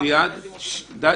אשמח